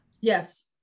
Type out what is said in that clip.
Yes